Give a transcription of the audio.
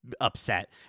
upset